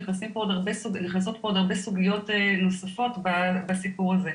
נכנסות פה עוד הרבה סוגיות נוספות בסיפור הזה.